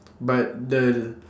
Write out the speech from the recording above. but the